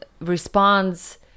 responds